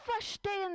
Verstehen